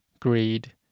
greed